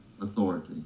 authority